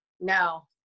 No